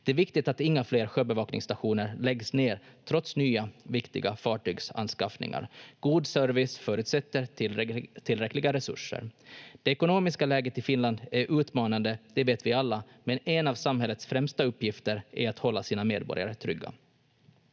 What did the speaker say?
Det är viktigt att inga fler sjöbevakningsstationer läggs ner trots nya viktiga fartygsanskaffningar. God service förutsätter tillräckliga resurser. Det ekonomiska läget i Finland är utmanande, det vet vi alla, men en av samhällets främsta uppgifter är att hålla sina medborgare trygga.